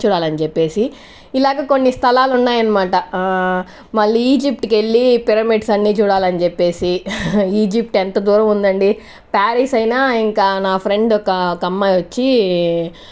చూడాలని చెప్పేసి ఇలాగా కొన్ని స్థలాలు ఉన్నాయనమాట మళ్ళి ఈజిప్ట్కి వెళ్లి పిరమిడ్స్ అన్ని చూడాలనిచెప్పేసి ఈజిప్ట్ ఎంత దూరముందండి ప్యారిస్ అయినా ఇంకా నా ఫ్రెండ్ ఒక ఒక అమ్మాయి వచ్చి